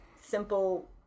simple